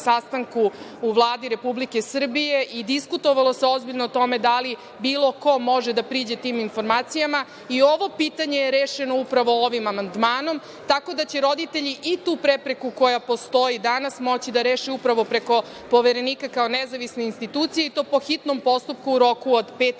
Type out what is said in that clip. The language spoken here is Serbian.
u Vladi Republike Srbije i diskutovalo se ozbiljno o tome da li bilo ko može da priđe tim informacijama. I ovo pitanje je rešeno upravo ovim amandmanom, tako da će roditelji i tu prepreku koja postoji danas moći da reše upravo preko Poverenika, kao nezavisne institucije i to po hitnom postupku u roku od pet